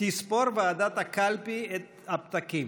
תספור ועדת הקלפי את הפתקים.